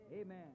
amen